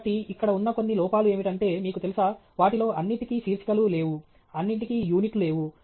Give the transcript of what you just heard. కాబట్టి ఇక్కడ ఉన్న కొన్ని లోపాలు ఏమిటంటే మీకు తెలుసా వాటిలో అన్నిటికీ శీర్షికలు లేవు అన్నింటికీ యూనిట్లు లేవు